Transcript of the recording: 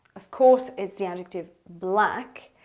of course, it's the adjective black.